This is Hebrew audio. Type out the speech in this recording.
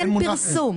אין פרסום.